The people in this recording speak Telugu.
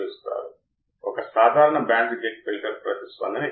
ఇప్పుడు మీరు అర్థం చేసుకున్నారు ఇది సులభం ఇది సులభం తదుపరి స్లైడ్కు వెళ్దాం